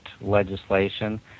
legislation